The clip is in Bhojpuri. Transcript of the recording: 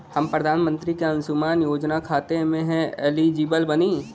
हम प्रधानमंत्री के अंशुमान योजना खाते हैं एलिजिबल बनी?